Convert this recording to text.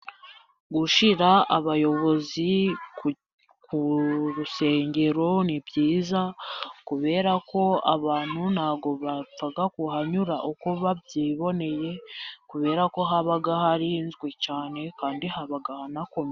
Gushyira abayobozi ku rusengero ni byiza, kubera ko abantu ntabwo bapfa kuhanyura uko babyiboneye kubera ko haba harizwe cyane, kandi haba hanakomeye.